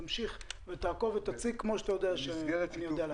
היא תמשיך לעקוב ולהציק כמו שאתה כבר יודע שאני יודע להציק.